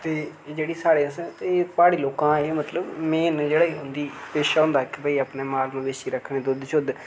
ते जेह्ड़ी साढ़े असें ते प्हाड़ी लोकें दा एह् मतलब मेन जेह्ड़ा उंदी पेशा होंदा इक कि भई अपनी माल मवेशी रक्खने दुद्ध शद्ध